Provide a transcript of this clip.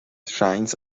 shines